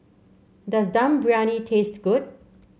does Dum Briyani taste good